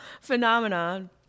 phenomenon